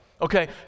Okay